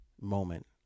moment